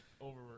over –